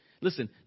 Listen